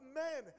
men